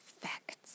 facts